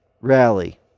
rally